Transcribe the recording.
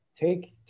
take